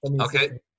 okay